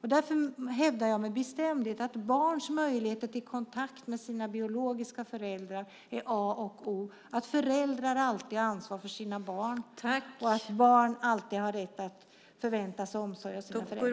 Därför hävdar jag med bestämdhet att barns möjligheter till kontakt med sina biologiska föräldrar är A och O. Föräldrar har alltid ansvar för sina barn, och barn har alltid rätt att förvänta sig omsorg av sina föräldrar.